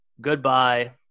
Goodbye